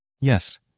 yes